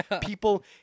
People